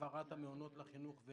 העברת המעונות לחינוך.